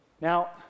Now